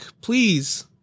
Please